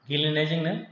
गेलेनायजोंनो